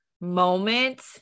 moment